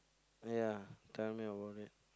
ya tell me about it